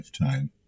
lifetime